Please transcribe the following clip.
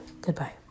Goodbye